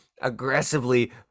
aggressively